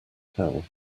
tell